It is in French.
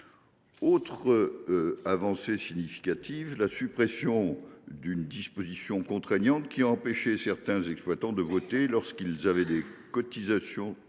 autre avancée significative est la suppression d’une disposition contraignante qui empêchait certains exploitants de voter lorsqu’ils avaient plus de six mois